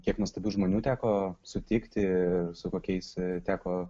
kiek nuostabių žmonių teko sutikti su kokiais teko